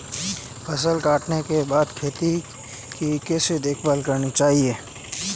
फसल काटने के बाद खेत की कैसे देखभाल करनी चाहिए?